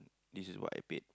this is what I paid